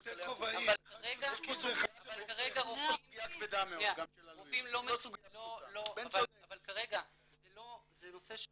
אבל כרגע רופאים לא --- זה נושא שהוא